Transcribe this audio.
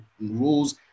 rules